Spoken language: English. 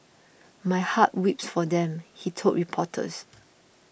my heart weeps for them he told reporters